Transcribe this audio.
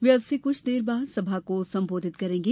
वे अब से कुछ देर बाद सभा को संबोधित करेंगी